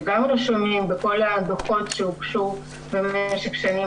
שגם רשומים בכל הדו"חות שהוגשו במשך שנים